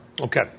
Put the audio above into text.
Okay